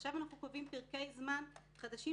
ועכשיו אנחנו קובעים פרקי זמן חדשים